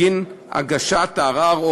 ולא לקבוע לו שכר טרחה בגין הגשת הערר או